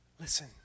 Listen